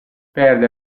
perde